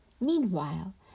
Meanwhile